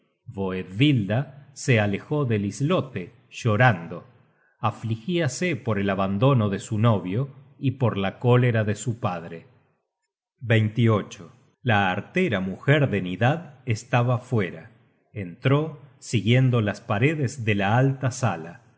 boethvilda se alejó del islote llorando afligíase por el abandono de su novio y por la cólera de su padre content from google book search generated at la artera mujer de nidad estaba fuera entró siguiendo las paredes de la alta sala